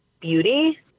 beauty